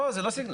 לא, זה לא סגנון.